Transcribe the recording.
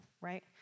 Right